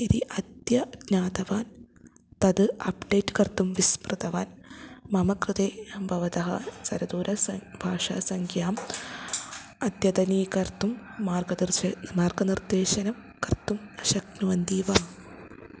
इति अद्य ज्ञातवान् तद् अप्डेट् कर्तुं विस्मृतवान् मम कृते भवतः चलदूरभाषासङ्ख्याम् अद्यतनीकर्तुं मार्गदर्शनं मार्गनिर्देशनं कर्तुं शक्नुवन्ति वा